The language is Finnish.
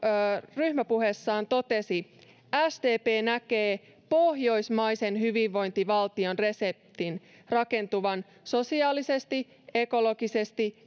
ryhmäpuheessaan totesi sdp näkee pohjoismaisen hyvinvointivaltion reseptin rakentuvan sosiaalisesti ekologisesti